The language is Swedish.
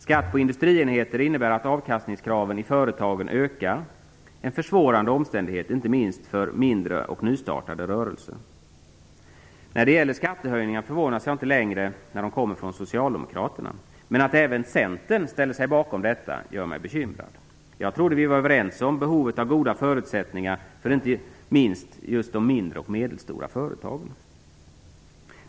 Skatt på industrienheter innebär att avkastningskraven i företagen ökar, en försvårande omständighet inte minst för mindre och nystartade rörelser. När det gäller skattehöjningar förvånas jag inte längre när de kommer från socialdemokraterna, men att även Centern ställer sig bakom detta gör mig bekymrad. Jag trodde vi var överens om behovet av goda förutsättningar för inte minst just de mindre och medelstora företagen.